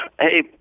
Hey